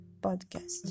podcast